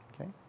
Okay